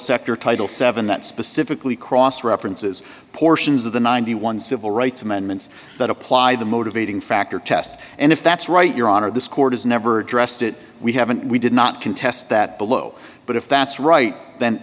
sector title seven that specifically cross references portions of the ninety one civil rights amendments that apply the motivating factor test and if that's right your honor this court has never addressed it we haven't we did not contest that below but if that's right then